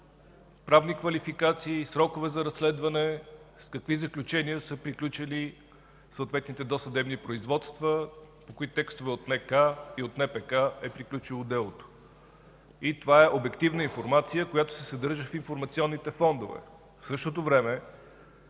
Правни квалификации, срокове за разследване, с какви заключения са приключили съответните досъдебни производства, по кои текстове от НК и от НПК е приключило делото. И това е обективна информация, която се съдържа в информационните фондове. В същото време